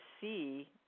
see